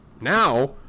now